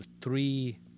three